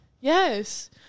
Yes